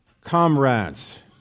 comrades